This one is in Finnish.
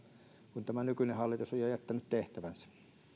kun tämä nykyinen hallitus on jo jättänyt tehtävänsä